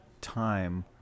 time